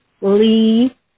Lee